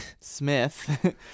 Smith